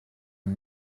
amb